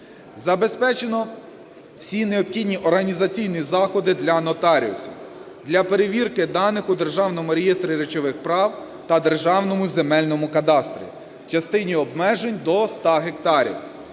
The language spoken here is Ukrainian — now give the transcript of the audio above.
Забезпечено всі необхідні організаційні заходи для нотаріусів для перевірки даних у Державному реєстрі речових прав та Державному земельному кадастрі в частині обмежень до 100 гектарів.